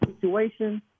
situation